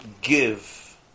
give